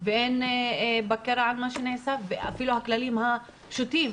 ואין בקרה על מה שנעשה ואפילו הכללים הפשוטים,